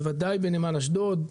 בוודאי בנמל אשדוד,